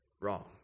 wrong